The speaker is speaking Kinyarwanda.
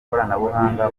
ikoranabuhanga